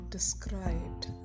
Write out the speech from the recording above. described